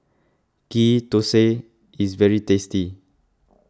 Ghee Thosai is very tasty